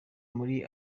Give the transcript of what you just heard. muri